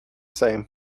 same